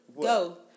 Go